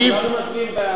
כולנו מצביעים בעד זה.